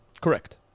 Correct